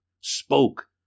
spoke